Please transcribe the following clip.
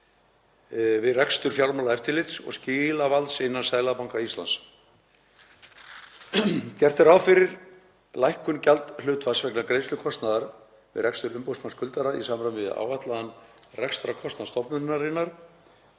við rekstur Fjármálaeftirlits og skilavalds innan Seðlabanka Íslands. Gert er ráð fyrir lækkun gjaldhlutfalls vegna greiðslu kostnaðar við rekstur umboðsmanns skuldara í samræmi við áætlaðan rekstrarkostnað stofnunarinnar.